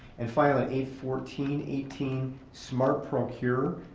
and finally, eight fourteen eighteen, smart procure.